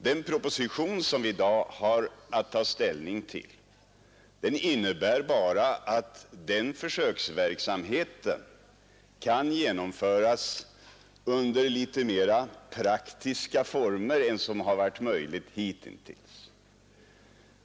Den proposition som vi i dag har att ta ställning till innebär bara att den försöksverksamheten kan genomföras under litet mera praktiska former än som varit möjligt hittills.